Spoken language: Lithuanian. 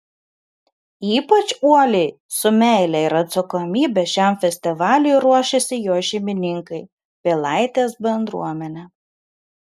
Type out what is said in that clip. ypač uoliai su meile ir atsakomybe šiam festivaliui ruošiasi jo šeimininkai pilaitės bendruomenė